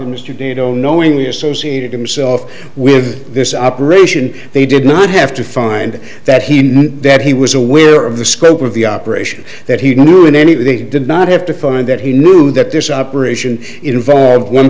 dado knowingly associated himself with this operation they did not have to find that he knew that he was aware of the scope of the operation that he knew in any way they did not have to find that he knew that this operation involved one